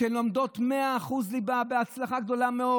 שלומדים 100% ליבה בהצלחה גדולה מאוד.